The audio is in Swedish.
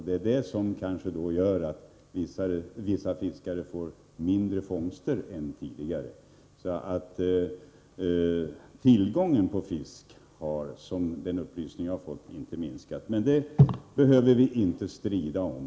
Detta kanske är orsaken till att vissa fiskare får mindre fångster än tidigare. Tillgången på fisk har enligt den uppgift jag har fått inte minskat. Men detta behöver vi inte strida om.